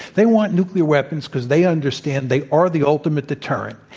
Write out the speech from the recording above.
they want nuclear weapons because they understand they are the ultimate deterrent.